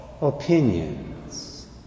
opinions